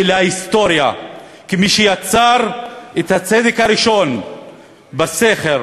ההיסטוריה כמי שיצרו את הסדק הראשון בסכר,